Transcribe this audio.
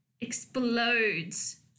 explodes